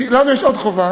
כי לנו יש עוד חובה,